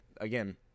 again